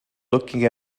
looking